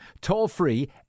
toll-free